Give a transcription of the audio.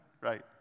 right